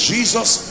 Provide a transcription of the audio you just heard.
Jesus